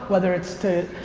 whether it's to,